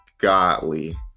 Godly